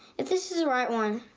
if this is the right one,